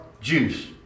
juice